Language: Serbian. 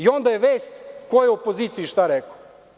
Onda je vest ko je opoziciji šta rekao.